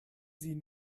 sie